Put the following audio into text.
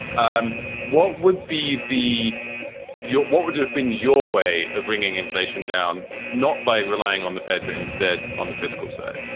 um what would be the year? what would have been your way of bringing inflation down? not by relying on the fed, but instead on the fiscal side?